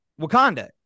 Wakanda